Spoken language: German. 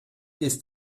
ist